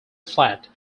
flat